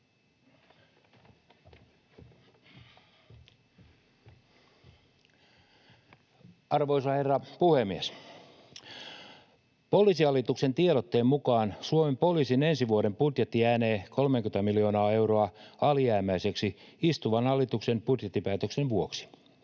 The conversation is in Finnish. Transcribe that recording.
Arvoisa herra puhemies! Poliisihallituksen tiedotteen mukaan Suomen poliisin ensi vuoden budjetti jäänee 30 miljoonaa euroa alijäämäiseksi istuvan hallituksen budjettipäätöksen vuoksi.